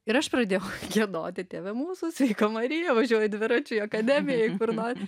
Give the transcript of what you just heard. ir aš pradėjau giedoti tėve mūsų sveika marija važiuoji dviračiu į akademiją į kur nor